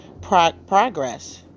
progress